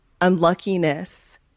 unluckiness